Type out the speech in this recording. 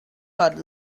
cut